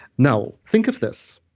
now, think of this.